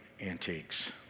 antiques